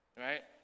right